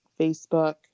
Facebook